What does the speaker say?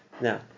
Now